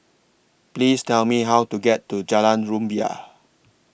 Please Tell Me How to get to Jalan Rumbia